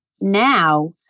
now